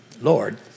Lord